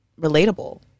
relatable